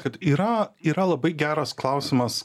kad yra yra labai geras klausimas